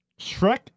Shrek